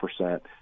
percent